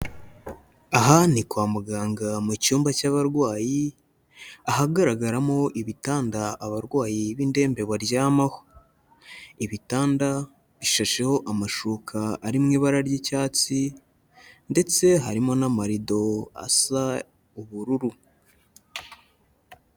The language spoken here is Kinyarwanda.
Aha ni kwa muganga mu cyumba cy'abarwayi, ahagaragaramo ibitanda abarwayi b'indembe baryamaho, ibitanda bishasheho amashuka ari mu ibara ry'icyatsi ndetse harimo n'amarido asa ubururu.